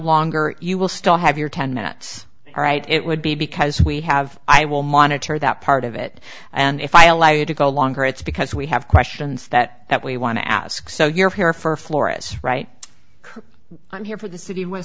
longer you will still have your ten minutes all right it would be because we have i will monitor that part of it and if i allow you to go longer it's because we have questions that that we want to ask so you're here for florists right i'm here for the city w